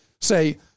say